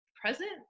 present